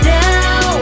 now